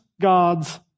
God's